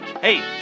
Hey